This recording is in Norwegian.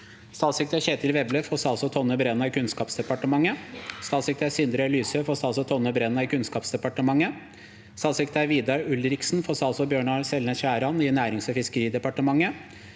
Statssekretær Kjetil Vevle for statsråd Tonje Brenna i Kunnskapsdepartementet. 8. Statssekretær Sindre Lysø for statsråd Tonje Brenna i Kunnskapsdepartementet. 9. Statssekretær Vidar Ulriksen for statsråd Bjørnar Selnes Skjæran i Nærings- og fiskeridepartementet.